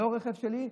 לא רכב שלי,